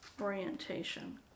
orientation